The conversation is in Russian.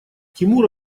тимур